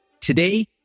Today